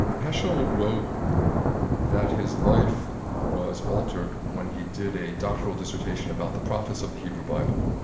heschel wrote that his life was altered when he did a doctoral dissertation about the prophets of the hebrew bible.